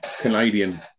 Canadian